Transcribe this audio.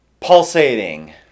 pulsating